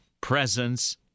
presence